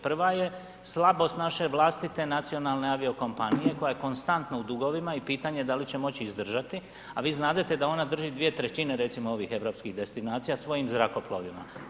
Prva je slabost naše vlastite nacionalne aviokompanije koja je konstantno u dugovima i pitanje da li će moći izdržati a vi znadete da ona drži 2/3 recimo ovih europskih destinacija svojim zrakoplovima.